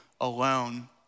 alone